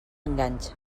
enganxa